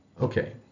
Okay